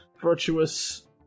virtuous